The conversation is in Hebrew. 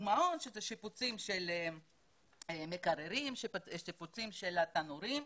שיפוצים של מקררים, שיפוצים של תנורים,